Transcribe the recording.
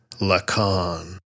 Lacan